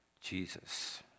Jesus